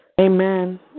Amen